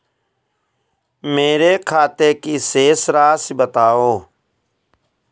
मेरे खाते की शेष राशि बताओ?